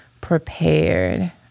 prepared